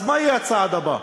אז מה יהיה הצעד הבא?